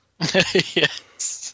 Yes